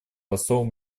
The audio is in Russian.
посол